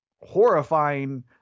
horrifying